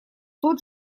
тот